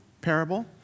parable